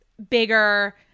bigger